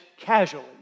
casually